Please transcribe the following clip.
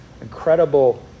incredible